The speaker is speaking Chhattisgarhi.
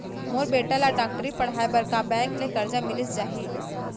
मोर बेटा ल डॉक्टरी पढ़ाये बर का बैंक ले करजा मिलिस जाही?